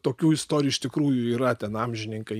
tokių istorijų iš tikrųjų yra ten amžininkai